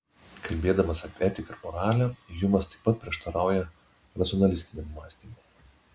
kalbėdamas apie etiką ir moralę hjumas taip pat prieštarauja racionalistiniam mąstymui